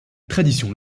tradition